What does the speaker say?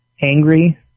angry